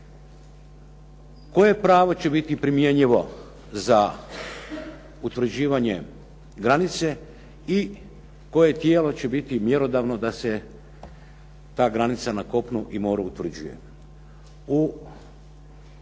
Koje pravo će biti primjenjivo za utvrđivanje granice i koje tijelo će biti mjerodavno da se ta granica na kopnu i moru utvrđuje.